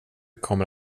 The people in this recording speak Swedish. kommer